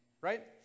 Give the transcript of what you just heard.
right